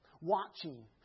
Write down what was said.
watching